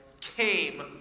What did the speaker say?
came